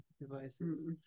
devices